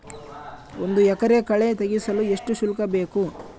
ಒಂದು ಎಕರೆ ಕಳೆ ತೆಗೆಸಲು ಎಷ್ಟು ಶುಲ್ಕ ಬೇಕು?